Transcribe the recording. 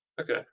Okay